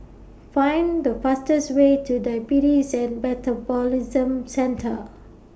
Find The fastest Way to Diabetes and Metabolism Centre